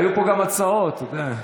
היו פה גם הצעות, אתה יודע.